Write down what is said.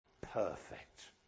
perfect